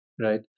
right